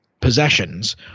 possessions